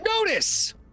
Notice